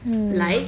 hmm